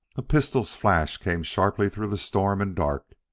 a pistol's flash came sharply through the storm and dark.